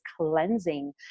cleansing